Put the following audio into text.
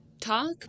talk